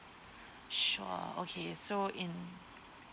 sure okay so in